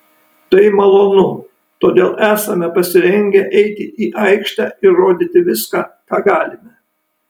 tai malonu todėl esame pasirengę eiti į aikštę ir rodyti viską ką galime